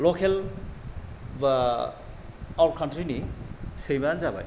लकेल बा आउटकान्ट्रि नि सैमायानो जाबाय